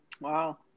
Wow